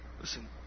Listen